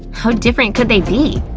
how different could they be?